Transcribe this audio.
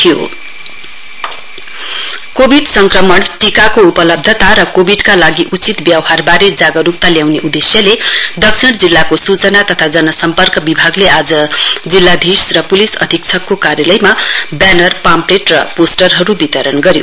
south district awareness Covid संक्रमण टीकाको उपलब्धता र कोविडका लागि उचित व्यवहारबारे जागरूकता ल्याउने उद्देश्यले दक्षिण जिल्लाको सूचना तथा जनसम्पर्क विभागले आज जिल्लाधीश र पुलिस अधीक्षकको कार्यालयमा ब्यानर र पाम्पलेट र पोस्टरहरू वितरण गर्यो